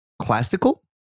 classical